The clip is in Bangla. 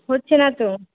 হচ্ছে না তো